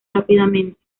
rápidamente